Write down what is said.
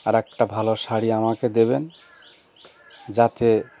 আর একটা ভালো শাড়ি আমাকে দেবেন যাতে